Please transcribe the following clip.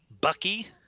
Bucky